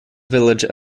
village